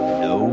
no